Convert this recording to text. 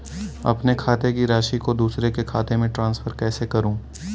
अपने खाते की राशि को दूसरे के खाते में ट्रांसफर कैसे करूँ?